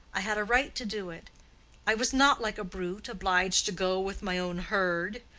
i had a right to do it i was not like a brute, obliged to go with my own herd.